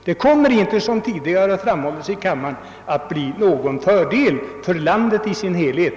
Detta skulle, såsom tidigare framhållits i denna kammare, inte vara till fördel för landet i dess helhet.